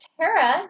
Tara